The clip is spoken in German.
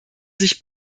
sich